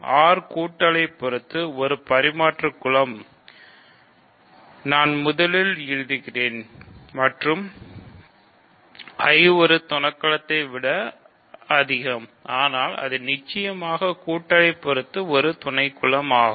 R கூட்டலை பொறுத்து ஒரு பரிமாற்று குலம் நான் முதலில் எழுதுகிறேன் மற்றும் I ஒரு துணைக்குலத்தை விட அதிகம் ஆனால் அது நிச்சயமாக கூட்டலை பொறுத்து ஒரு துணைக்குலம் ஆகும்